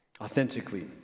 Authentically